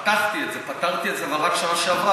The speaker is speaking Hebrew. פתחתי את זה, פתרתי את זה, אבל רק בשנה שעברה.